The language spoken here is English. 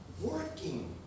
working